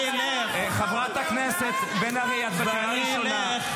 --- רק הצבעות שמיות.